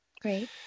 great